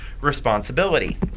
responsibility